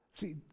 See